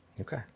Okay